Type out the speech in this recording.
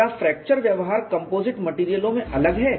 क्या फ्रैक्चर व्यवहार कंपोजिट मेटेरियलों में अलग है